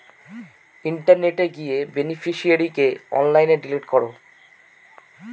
ইন্টারনেটে গিয়ে বেনিফিশিয়ারিকে অনলাইনে ডিলিট করো